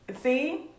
See